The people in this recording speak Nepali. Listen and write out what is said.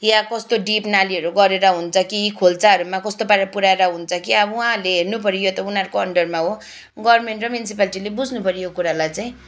या कस्तो डिप नालीहरू गरेर हुन्छ कि खोल्साहरूमा कस्तो पाराले पुऱ्याएर हुन्छ कि अब उहाँहरूले हेर्नुपऱ्यो यो त उनीहरूको अन्डरमा हो गभर्मेन्ट र म्युनिसिपालिटीले बुझ्नुपर्यो यो कुरालाई चाहिँ